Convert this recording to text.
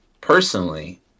Personally